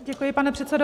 Děkuji, pane předsedo.